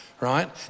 Right